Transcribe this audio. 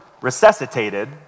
resuscitated